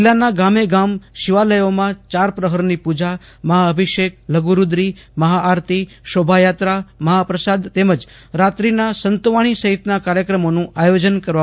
જીલ્લાના ગામે ગામ શિવાલયોમાં ચાર પ્રફરની પુજા મહાઅભિષેકલધુરૂદરીમહાઆરતી શોભાયાત્રા મહાપ્રસાદ તેમજ રાત્રીના સંતવાણી સંહિતના કાર્ચક્રમોનું આયોજન કરવામાં આવ્યુ છે